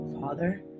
Father